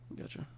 Gotcha